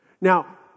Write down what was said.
Now